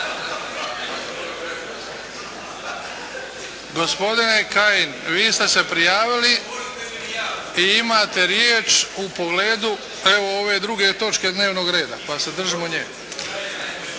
Gospodine Kajin vi ste se prijavili i imate riječ u pogledu evo 2. točke dnevnog reda, pa se držimo nje.